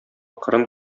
кырын